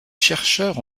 chercheurs